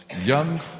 young